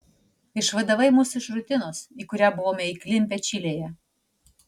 išvadavai mus iš rutinos į kurią buvome įklimpę čilėje